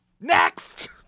Next